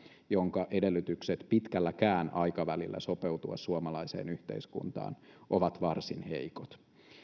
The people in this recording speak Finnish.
jonka edellytykset pitkälläkään aikavälillä sopeutua suomalaiseen yhteiskuntaan ovat varsin heikot